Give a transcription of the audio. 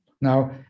now